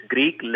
Greek